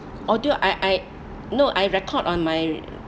audio I I no I record on my